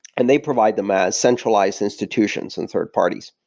and they provide them as centralized institutions and third parties.